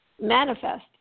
manifest